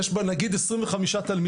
יש בה נגיד 25 תלמידים,